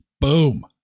boom